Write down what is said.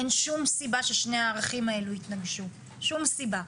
אין שום סיבה ששני הערכים האלה התנגשו, שום סיבה.